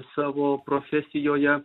savo profesijoje